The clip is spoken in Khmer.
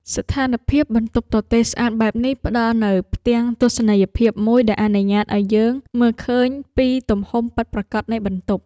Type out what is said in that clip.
ស្ថានភាពបន្ទប់ទទេរស្អាតបែបនេះផ្ដល់នូវផ្ទាំងទស្សនីយភាពមួយដែលអនុញ្ញាតឱ្យយើងមើលឃើញពីទំហំពិតប្រាកដនៃបន្ទប់។